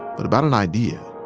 but about an idea.